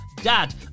dad